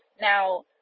Now